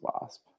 wasp